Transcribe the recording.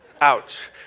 ouch